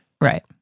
Right